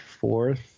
fourth